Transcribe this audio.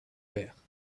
père